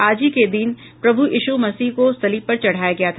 आज ही के दिन प्रभू यीशु मसीह को सलीब पर चढ़ाया गया था